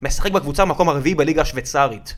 משחק בקבוצה מקום הרביעי בליגה השוויצרית